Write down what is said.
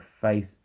face